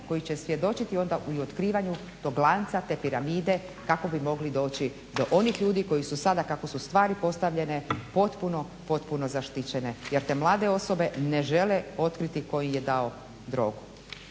koji će svjedočiti onda i u otkrivanju tog lanca te piramide kako bi mogli doći do onih ljudi kako su stvari postavljene potpuno zaštićene jer te mlade osobe ne žele otkriti tko im je dao drogu